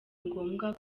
ngombwa